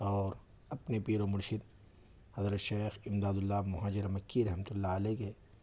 اور اپنے پیر و مرشد حضرت شیخ امداد اللّہ مہاجر مکی رحمۃ اللہ علیہ کے